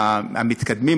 המתקדמים,